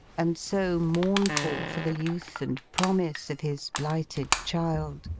and so mournful for the youth and promise of his blighted child,